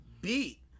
beat